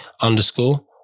underscore